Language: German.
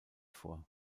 vor